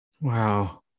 Wow